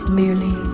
merely